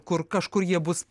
kur kažkur jie bus